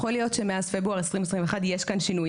יכול להיות שמאז פברואר 2021 יש כאן שינוי.